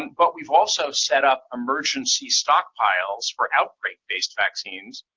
but we've also set up emergency stockpiles for outbreak-based vaccines,